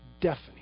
deafening